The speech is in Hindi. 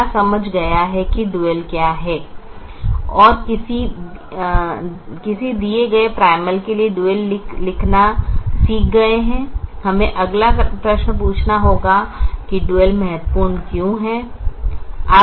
क्या समझा गया है और किसी दिए गए प्राइमल के लिए डुअल लिखना सीख गए है हमें अगला प्रश्न पूछना होगा कि डुअल महत्वपूर्ण क्यों है